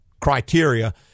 criteria